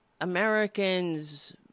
Americans